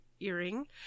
earring